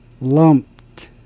Lumped